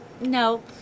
No